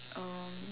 um